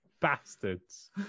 Bastards